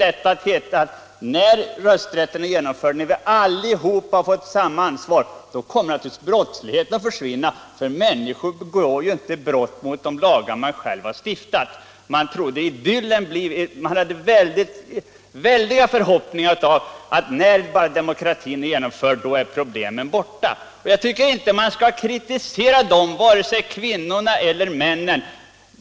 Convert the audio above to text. Det var många som trodde att när rösträtten genomförts, när vi allihopa fått samma ansvar, kommer brottsligheten att försvinna. Människor begår ju inte brott mot de lagar de själva har stiftat. Man hade stora förhoppningar om att problemen skulle vara borta när bara demokratin var genomförd. Jag tycker inte man kan kritisera vare sig kvinnorna eller männen.